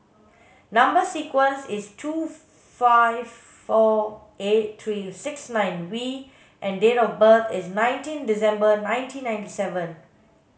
number sequence is T two five four eight three six nine V and date of birth is nineteen December nineteen ninety seven